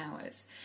hours